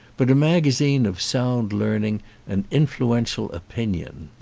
but a magazine of sound learning and influential opinion.